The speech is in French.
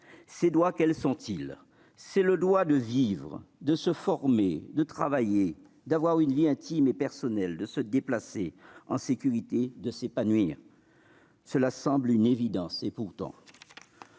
Ces droits, quels sont-ils ? C'est le droit de vivre, de se former, de travailler, d'avoir une vie intime et personnelle, de se déplacer en sécurité, de s'épanouir. Cela semble une évidence, et pourtant